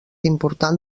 important